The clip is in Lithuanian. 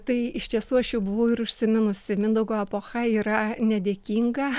tai iš tiesų aš jau buvo ir užsiminusi mindaugo epocha yra nedėkinga